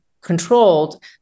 controlled